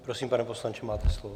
Prosím, pane poslanče, máte slovo.